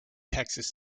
texas